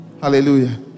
Hallelujah